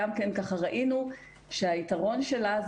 ראינו שהיתרון שלה,